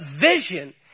vision